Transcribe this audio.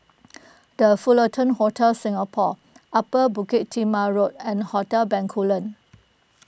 the Fullerton Hotel Singapore Upper Bukit Timah Road and Hotel Bencoolen